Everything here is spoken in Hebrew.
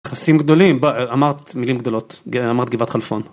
חסים גדולים, אמרת מילים גדולות, אמרת גבעת חלפון.